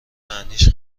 معنیش